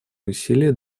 усилия